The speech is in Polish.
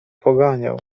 poganiał